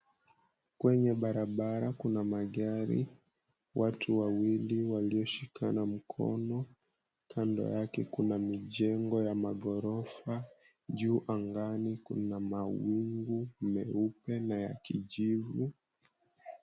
Kwenye barabara kuna magari, watu wawili walioshikana mkono, kando yake kuna mijengo ya maghorofa, juu angani kuna mawingu meupe na ya kijivu.